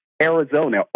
Arizona